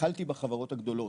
התחלתי בחברות הגדולות,